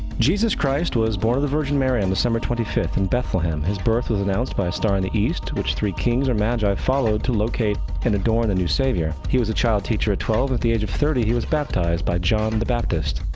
jesus christ was born of the virgin mary on december twenty fifth in bethlehem, his birth was announced by a star in the east, which three kings or magi followed to locate and adore the and and new savior. he was a child teacher at twelve, at the age of thirty he was baptized by john the baptist,